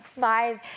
five